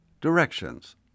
Directions